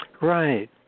Right